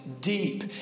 deep